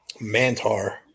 mantar